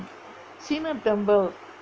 சீனன்:seenan temple